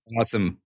awesome